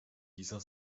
dieser